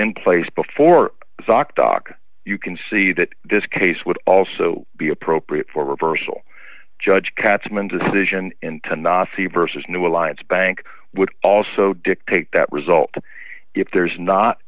in place before zoc doc you can see that this case would also be appropriate for reversal judge katzman decision to not see versus new alliance bank would also dictate that result if there's not